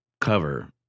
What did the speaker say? cover